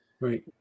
Right